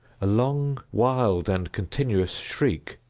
a long, wild, and continuous shriek,